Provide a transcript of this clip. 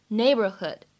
neighborhood